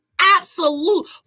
absolute